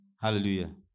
Hallelujah